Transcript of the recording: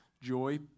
joy